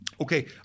Okay